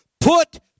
put